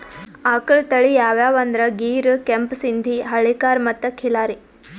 ಆಕಳ್ ತಳಿ ಯಾವ್ಯಾವ್ ಅಂದ್ರ ಗೀರ್, ಕೆಂಪ್ ಸಿಂಧಿ, ಹಳ್ಳಿಕಾರ್ ಮತ್ತ್ ಖಿಲ್ಲಾರಿ